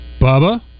Bubba